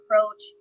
approach